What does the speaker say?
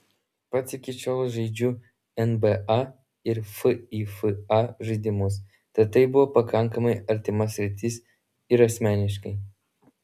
pats iki šiol žaidžiu nba ir fifa žaidimus tad tai buvo pakankamai artima sritis ir asmeniškai